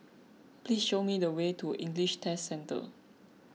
please show me the way to English Test Centre